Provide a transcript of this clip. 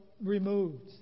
removed